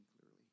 clearly